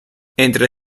entre